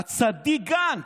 הצדיק גנץ,